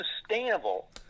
sustainable